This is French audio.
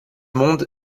monde